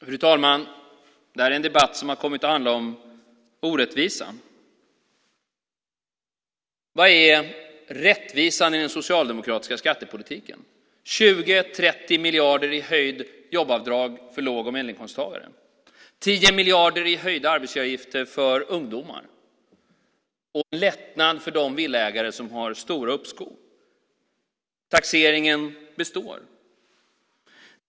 Fru talman! Det här är en debatt som har kommit att handla om orättvisa. Var finns rättvisan i den socialdemokratiska skattepolitiken? 20-30 miljarder i höjt jobbavdrag för låg och medelinkomsttagare, 10 miljarder i höjda arbetsgivaravgifter för ungdomar och lättnad för de villaägare som har stora uppskov. Taxeringen består.